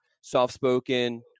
soft-spoken